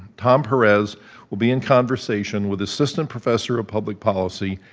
tom perez will be in conversation with assistant professor of public policy,